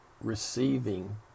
receiving